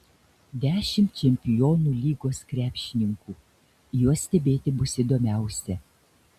dešimt čempionų lygos krepšininkų juos stebėti bus įdomiausia